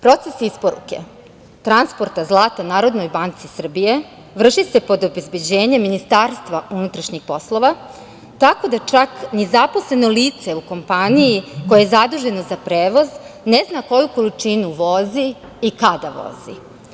Proces isporuke, transporta zlata Narodnoj banci Srbije vrši se pod obezbeđenjem MUP-a, tako da čak ni zaposleno lice u kompaniji, koje je zaduženo za prevoz, ne zna koju količinu vozi i kada vozi.